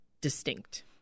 distinct